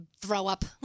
throw-up